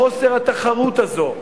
חוסר התחרות הזה,